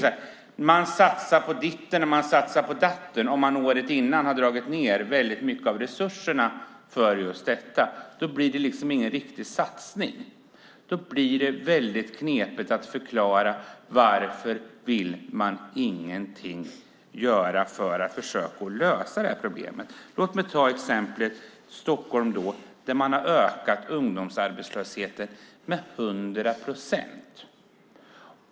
Man satsar på ditten och man satsar på datten om man året innan har dragit ned väldigt mycket av resurserna för detta. Det blir liksom inte någon riktigt satsning. Det blir väldigt knepigt att förklara varför man inte vill göra någonting för att försöka att lösa problemet. Låt mig ta exemplet med Stockholm. Där har man ökat ungdomsarbetslösheten med 100 procent.